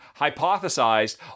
hypothesized